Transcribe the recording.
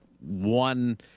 one